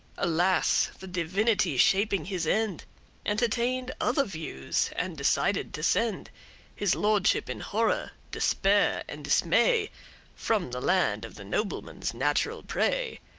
alas, the divinity shaping his end entertained other views and decided to send his lordship in horror, despair and dismay from the land of the nobleman's natural prey.